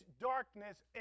darkness